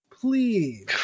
please